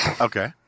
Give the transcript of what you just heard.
Okay